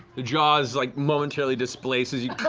the jaw is like momentarily displaced as you